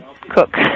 cook